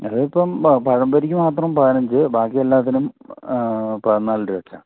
അത് ഇപ്പോൾ പഴം പൊരിക്ക് മാത്രം പതിനഞ്ച് ബാക്കി എല്ലാത്തിനും പതിനാല് രൂപയ്ക്കാണ്